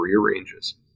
rearranges